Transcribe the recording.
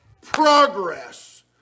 progress